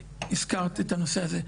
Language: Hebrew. הזכרת את הנושא הזה,